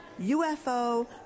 UFO